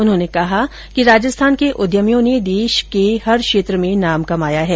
उन्होंने कहा कि राजस्थान के उद्यमियों ने देश के हर क्षेत्र में नाम कमाया है